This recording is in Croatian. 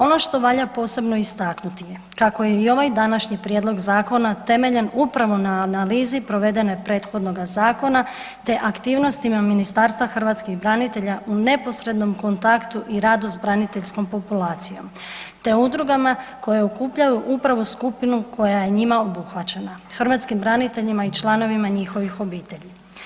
Ono što valja posebno istaknuti je kako je i ovaj današnji prijedlog zakona temeljen upravo na analizi provedene prethodnoga zakona te aktivnostima Ministarstva hrvatskih branitelja u neposrednom kontaktu i radu s braniteljskom populacijom te udrugama koje okupljaju upravo skupinu koja je njima obuhvaćena, hrvatskim braniteljima i članovima njihovih obitelji.